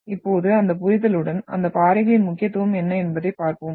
இப்போது அந்த புரிதலுடன் அந்த பாறைகளின் முக்கியத்துவம் என்ன என்பதைப் பார்ப்போம்